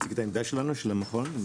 את העמדה שלנו, של המכון?